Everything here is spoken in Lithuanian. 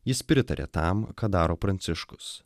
jis pritarė tam ką daro pranciškus